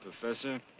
Professor